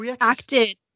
acted